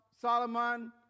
Solomon